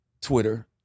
Twitter